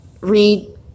read